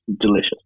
delicious